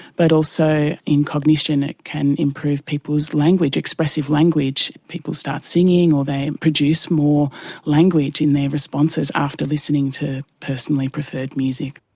but also in cognition it can improve people's language, expressive language. people start singing or they produce more language in their responses after listening to personally preferred music.